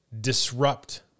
disrupt